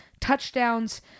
touchdowns